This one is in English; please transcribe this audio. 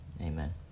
Amen